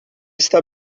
está